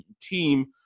team